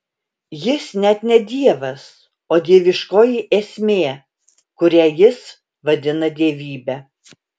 jis net ne dievas o dieviškoji esmė kurią jis vadina dievybe